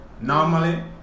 normally